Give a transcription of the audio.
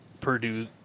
Purdue